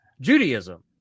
Judaism